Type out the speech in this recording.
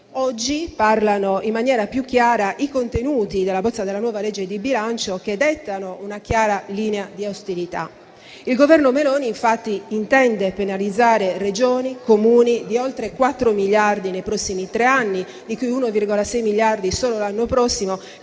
Oggi parlano in maniera più chiara i contenuti della bozza della nuova legge di bilancio, che dettano una chiara linea di austerità. Il Governo Meloni, infatti, intende penalizzare Regioni e Comuni di oltre 4 miliardi nei prossimi tre anni, di cui 1,6 miliardi solo l'anno prossimo,